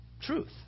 truth